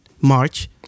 March